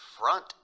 Front